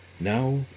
Now